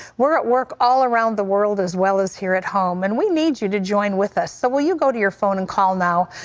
we are at work all around the world as well as here at home, and we need you to join with us, so will you go to your phone and call now,